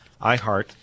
iHeart